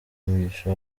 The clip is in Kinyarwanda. umugisha